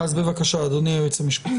אז בבקשה, אדוני היועץ המשפטי.